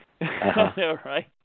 right